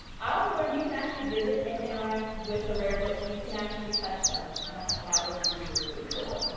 i also learned you can actually visit and interact with the rare books, you can actually touch them. i thought that was really, really cool.